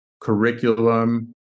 curriculum